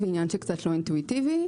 ועניין שקצת שונה אינטואיטיבי,